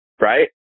right